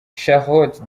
charlotte